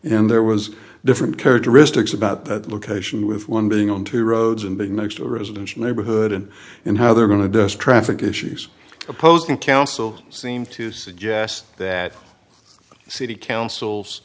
and there was different characteristics about that location with one being on two roads and being next to a residential neighborhood and how they're going to desk traffic issues opposing counsel seem to suggest that city council